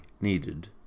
needed